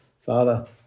Father